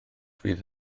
fydd